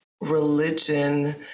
religion